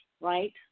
right